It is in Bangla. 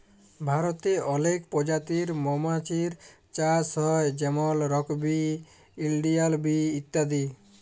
ভারতে অলেক পজাতির মমাছির চাষ হ্যয় যেমল রক বি, ইলডিয়াল বি ইত্যাদি